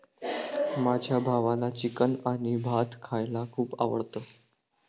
माझ्या भावाला चिकन आणि भात खायला खूप आवडतं